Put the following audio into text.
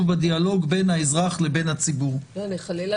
בדיאלוג בין המדינה לבין הציבור -- חלילה,